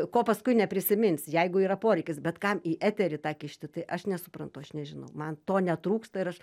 ko paskui neprisiminsi jeigu yra poreikis bet kam į eterį tą kišti tai aš nesuprantu aš nežinau man to netrūksta ir aš